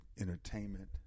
entertainment